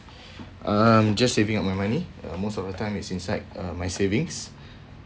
I'm just saving up my money most of the time is uh inside my savings